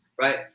right